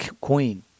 queen